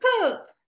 Poop